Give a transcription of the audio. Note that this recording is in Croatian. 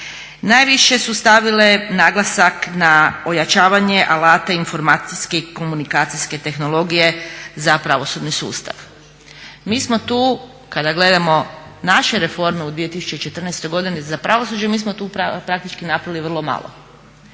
Naviše su stavile naglasak na ojačavanje alata informacijske i komunikacijske tehnologije za pravosudni sustav. Mi smo tu kada gledamo naše reforme u 2014.godini za pravosuđe mi smo tu praktički napravili vrlo malo.